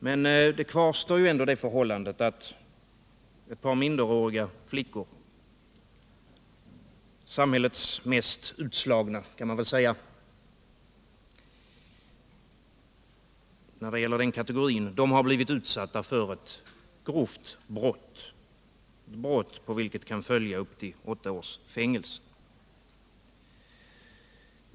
Men ändå kvarstår det förhållandet att ett par minderåriga flickor — de kan väl sägas vara samhällets mest utslagna inom sin kategori — har blivit utsatta för ett grovt brott, på vilket kan följa upp till åtta års fängelse.